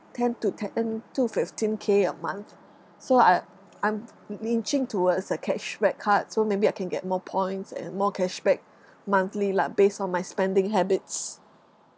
ten to ten to fifteen K a month so I I'm n~ inching towards a cashback card so maybe I can get more points and more cashback monthly lah based on my spending habits